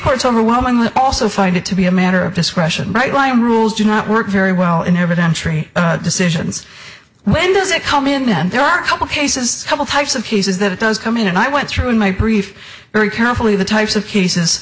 courts overwhelmingly also find it to be a matter of discretion bright line rules do not work very well in every country decisions when does it come in and there are a couple cases couple types of cases that it does come in and i went through in my brief very carefully the types of cases